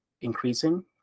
increasing